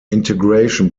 integration